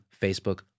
Facebook